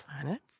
planets